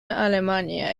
alemania